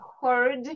heard